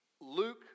Luke